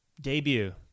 debut